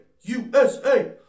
USA